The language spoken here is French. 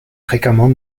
fréquemment